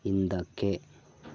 ಹಿಂದಕ್ಕೆ